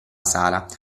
sala